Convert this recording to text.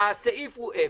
הסעיף הוא אפס.